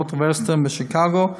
בנורת ווסטרן בשיקגו,